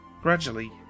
Gradually